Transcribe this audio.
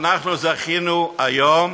אנחנו זכינו היום,